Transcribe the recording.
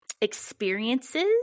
experiences